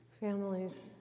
families